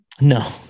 No